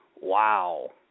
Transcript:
Wow